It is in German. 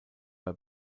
bei